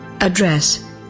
address